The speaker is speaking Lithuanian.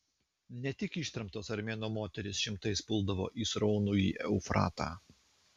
ne tik ištremtos armėnų moterys šimtais puldavo į sraunųjį eufratą